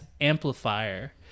Amplifier